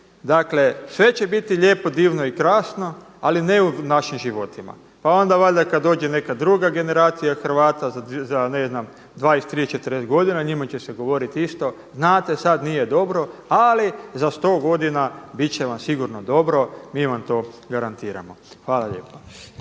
Dakle sve će biti lijepo, divno i krasno, ali ne u našim životima. Pa onda valjda kada dođe neka druga generacija Hrvata za 20, 30, 40 godina njima će se govoriti isto znate sada nije dobro ali za 100 godina bit će vam sigurno dobro mi vam to garantiramo. Hvala lijepa.